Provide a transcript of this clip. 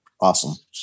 awesome